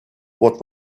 what